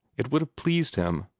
it would have pleased him,